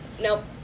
Nope